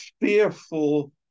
fearful